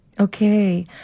Okay